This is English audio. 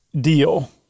deal